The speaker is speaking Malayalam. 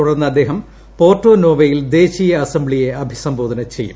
തുടർന്ന് അദ്ദേഹം പോർട്ടോ നോവയിൽ ദേശീയ അസംബ്ലിയെ അഭിസംബോധന ചെയ്യും